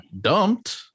dumped